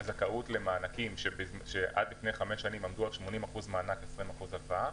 הזכאות למענקים שעד לפני חמש שנים עמדו על 80% מענק ו-20% הלוואה,